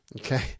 Okay